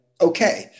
okay